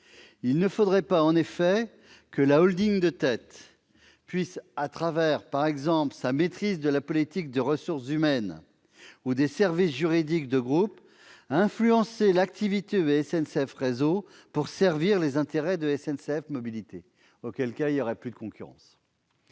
Il ne faudrait pas, en effet, que la de tête puisse, à travers, par exemple, sa maîtrise de la politique des ressources humaines ou des services juridiques de groupe, influencer l'activité de SNCF Réseau pour servir les intérêts de SNCF Mobilités. Dans un tel cas, il n'y aurait plus de concurrence.